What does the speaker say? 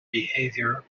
behavior